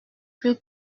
plus